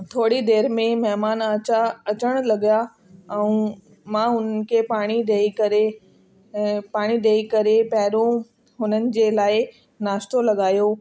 थोरी देर में महिमान अचा अचणु लॻिया ऐं मां हुन खे पाणी ॾेई करे ऐं पाणी ॾेई करे पहिरियों हुननि जे लाइ नाश्तो लॻायो